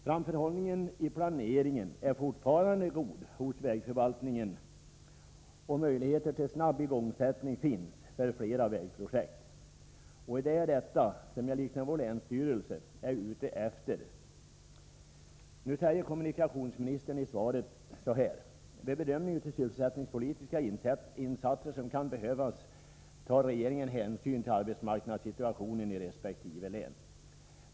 Framförhållningen i planeringen är fortfarande god hos vägförvaltningen, och möjligheter till snabb igångsättning finns för flera vägprojekt. Det är detta jag liksom vår länsstyrelse är ute efter. Nu säger kommunikationsministern: ”Vid bedömning av sysselsättningspolitiska insatser som kan behövas tar regeringen hänsyn till arbetsmarknadssituationen i resp. län.